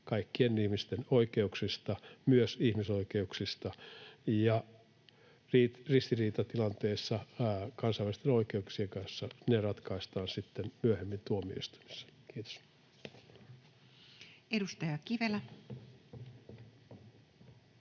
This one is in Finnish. kaikkien ihmisten oikeuksista, myös ihmisoikeuksista. Ja ristiriitatilanteet kansainvälisten oikeuksien kanssa ratkaistaan sitten myöhemmin tuomioistuimissa. — Kiitos. [Speech